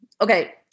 Okay